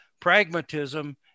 pragmatism